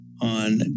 On